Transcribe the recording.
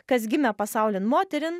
kas gimė pasaulin moterin